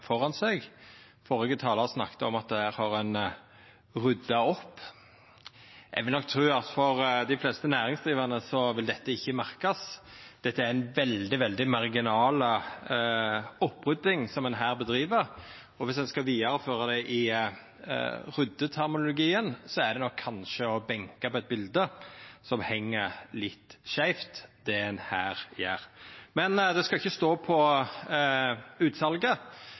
rydda opp. Eg vil nok tru at for dei fleste næringsdrivande vil ikkje dette merkast – det er ei veldig, veldig marginal opprydding ein driv med her. Og viss ein skal vidareføra ryddeterminologien, er det kanskje å beinka på eit bilete som heng litt skeivt, det ein her gjer. Men det skal ikkje stå på utsalet,